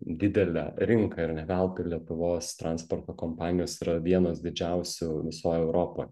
didelę rinką ir ne veltui lietuvos transporto kompanijos yra vienos didžiausių visoj europoj